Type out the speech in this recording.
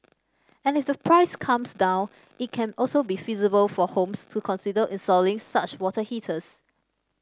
and if the price comes down it can also be feasible for homes to consider installing such water heaters